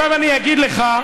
עכשיו אני אגיד לך.